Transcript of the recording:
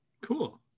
Cool